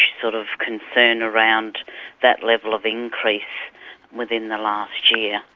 sort of, concern around that level of increase within the last year.